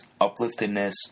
upliftedness